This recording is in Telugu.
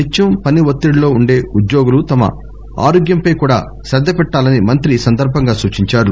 నిత్యం పని ఒత్తిడిలో ఉండే ఉద్యోగులు తమ ఆరోగ్యంపై కూడా శ్రద్ద చూపాలని మంత్రి సూచించారు